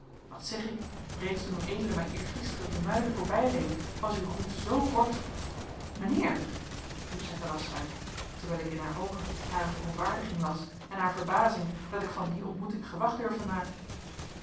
wat zeg ik reeds toen ued mij eergisteren te muiden voorbijreed was uw groet zoo kort mijnheer riep zij verrast uit terwijl ik in haar oogen haar verontwaardiging las en haar verbazing dat ik van die ontmoeting gewag durfde maken